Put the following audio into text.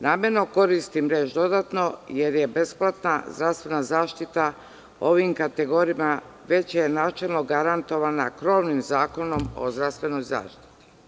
Namerno koristim reč – dodatno jer je besplatna zaštita ovim kategorijama već načelno garantovana krovnim Zakonom o zdravstvenoj zaštiti.